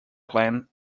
plan